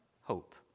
hope